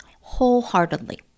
wholeheartedly